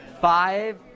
Five